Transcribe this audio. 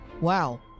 Wow